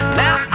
now